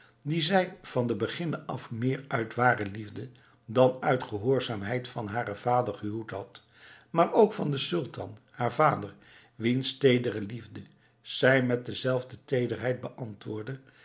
dien zij van den beginne af meer uit ware liefde dan uit gehoorzaamheid aan haren vader gehuwd had maar ook van den sultan haar vader wiens teedere liefde zij met dezelfde teederheid beantwoordde